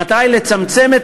המטרה היא לצמצם את